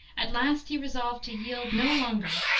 at last he resolved to yield no longer.